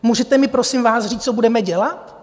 Můžete mi prosím vás říct, co budeme dělat?